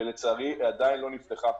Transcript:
ולצערי עדיין לא נפתחה.